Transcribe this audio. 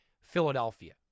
Philadelphia